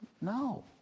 No